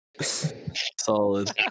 Solid